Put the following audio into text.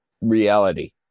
reality